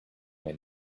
may